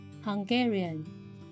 Hungarian